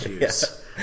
Yes